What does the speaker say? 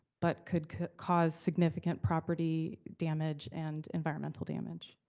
but could could cause significant property damage and environmental damage.